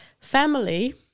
Family